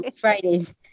Fridays